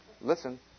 Listen